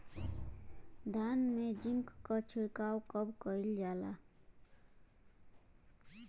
धान में जिंक क छिड़काव कब कइल जाला?